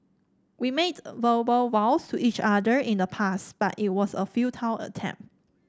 we made verbal vows to each other in the past but it was a futile attempt